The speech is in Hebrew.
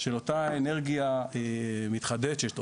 של אותה אנרגיה מתחדשת,